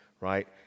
right